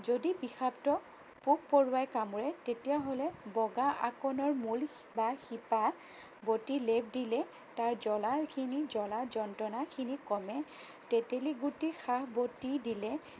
যদি বিষাক্ত পোক পৰুৱাই কামোৰে তেতিয়াহ'লে বগা আকনৰ মূল বা শিপা বটি লেপ দিলে তাৰ জলাখিনি জলা যন্ত্ৰণাখিনি কমে তেতেলী গুটিৰ শাহ বতি দিলে